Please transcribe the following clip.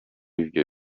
ibyo